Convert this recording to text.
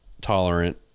tolerant